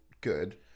good